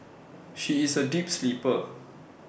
she is A deep sleeper